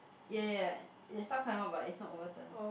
ya ya ya there's stuff coming out but it's not overturn